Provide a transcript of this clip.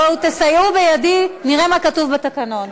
בואו, תסייעו בידי, נראה מה כתוב בתקנון.